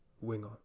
winger